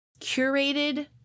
curated